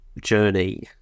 journey